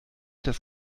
das